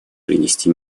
принести